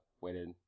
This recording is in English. waited